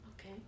Okay